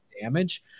damage